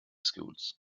schools